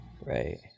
Right